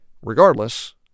Regardless